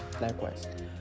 likewise